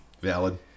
Valid